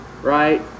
right